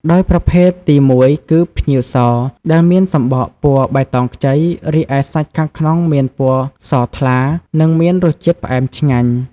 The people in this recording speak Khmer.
ដោយប្រភេទទីមួយគឺ ផ្ញៀវស ដែលមានសំបកពណ៌បៃតងខ្ចី រីឯសាច់ខាងក្នុងមានពណ៌សថ្លា និងមានរសជាតិផ្អែមឆ្ងាញ់។